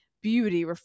beauty